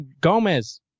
Gomez